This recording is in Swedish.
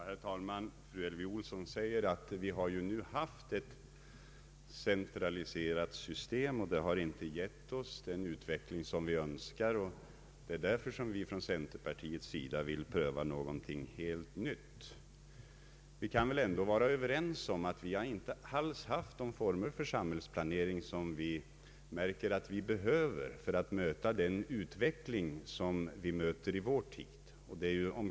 Herr talman! Fru Elvy Olsson säger att vi ju nu har haft ett centraliserat system, att det inte har givit oss den utveckling som vi önskar och att därför centerpartiet vill pröva någonting helt nytt. Vi kan väl ändå vara överens om att vi inte har de former för samhällsplanering som vi märker att vi behöver för att möta utvecklingen i vår tid.